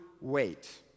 wait